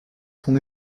son